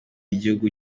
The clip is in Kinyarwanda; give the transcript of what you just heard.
igihugu